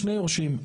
שני יורשים.